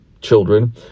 children